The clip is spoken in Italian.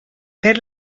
per